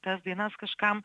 tas dainas kažkam